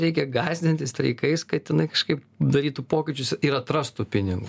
reikia gąsdinti streikais kad jinai kažkaip darytų pokyčius ir atrastų pinigų